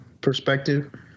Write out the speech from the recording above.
perspective